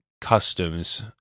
customs